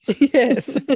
Yes